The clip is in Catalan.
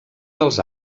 dels